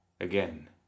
Again